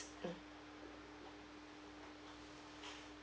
mm